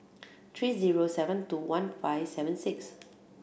three zero seven two one five seven six